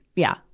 yeah.